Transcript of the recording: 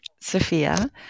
Sophia